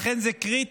לכן זה קריטי